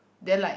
then like